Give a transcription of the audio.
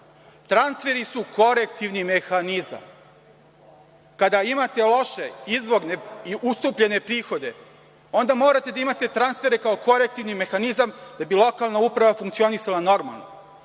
Transferi su korektivni mehanizam. Kada imate loše izvorne i ustupljene prihode, onda morate da imate transfere kao korektivni mehanizam da bi lokalna uprava funkcionisala normalno.